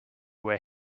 where